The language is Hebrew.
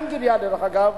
אנגליה, דרך אגב,